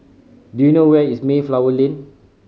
do you know where is Mayflower Lane